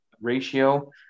ratio